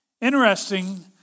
Interesting